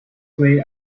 way